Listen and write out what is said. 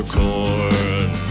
corn